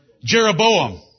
Jeroboam